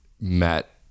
met